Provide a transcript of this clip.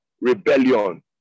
rebellion